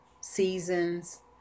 seasons